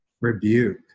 rebuke